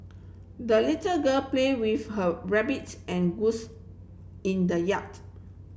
the little girl play with her rabbits and goose in the yard